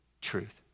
truth